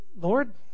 Lord